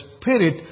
spirit